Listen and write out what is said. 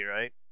right